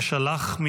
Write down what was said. ששלח,